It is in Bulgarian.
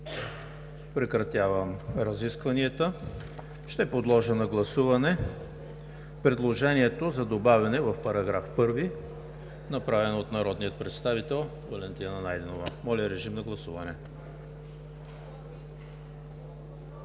Прекратявам разискванията. Ще подложа на гласуване предложението за добавяне в § 1, направено от народния представител Валентина Найденова. Гласували